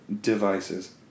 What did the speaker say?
devices